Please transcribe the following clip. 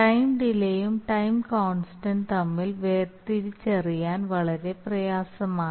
time ഡിലേയും time constant തമ്മിൽ വേർതിരിച്ചറിയാൻ വളരെ പ്രയാസമാണ്